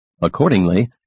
Accordingly